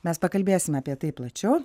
mes pakalbėsime apie tai plačiau